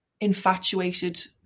infatuated